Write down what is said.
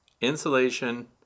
insulation